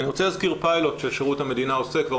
אני רוצה להזכיר פיילוט ששירות המדינה עושה כבר